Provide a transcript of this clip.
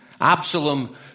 absalom